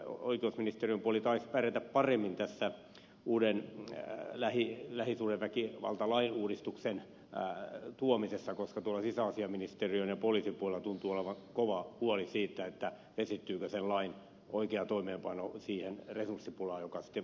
oikeusministeriön puoli taisi pärjätä paremmin tässä uuden lähisuhdeväkivaltalain uudistuksen tuomisessa koska sisäasiainministeriön ja poliisin puolella tuntuu olevan kova huoli siitä vesittyykö sen lain oikea toimeenpano siihen resurssipulaan joka poliisin puolella tähän liittyy